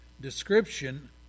description